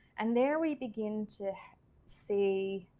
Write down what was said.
and there we begin to see